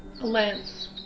lance